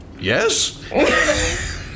yes